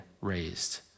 raised